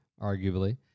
arguably